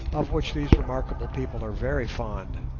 of which these remarkable people are very fond.